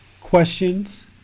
questions